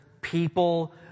people